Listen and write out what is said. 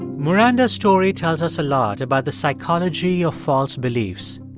maranda's story tells us a lot about the psychology of false beliefs,